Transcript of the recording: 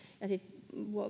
ja sitten